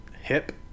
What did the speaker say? hip